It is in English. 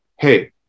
hey